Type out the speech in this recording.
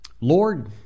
Lord